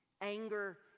Anger